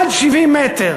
עד 70 מ"ר,